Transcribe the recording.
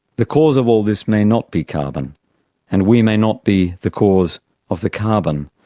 the cause of all this may not be carbon and we may not be the cause of the carbon,